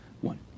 one